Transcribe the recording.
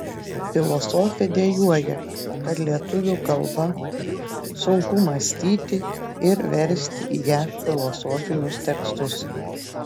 filosofė dejuoja kad lietuvių kalba sunku mąstyti ir versti į ją filosofinius tekstus